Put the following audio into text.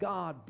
God